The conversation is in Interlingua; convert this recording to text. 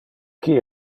qui